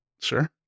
sure